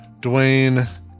Dwayne